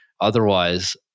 Otherwise